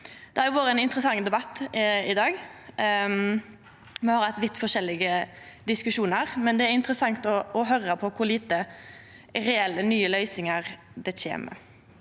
Det har vore ein interessant debatt i dag. Me har hatt vidt forskjellige diskusjonar, men det er interessant å høyra kor lite reelle nye løysingar det kjem.